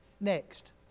Next